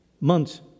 Month's